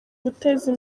guteza